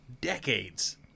decades